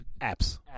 apps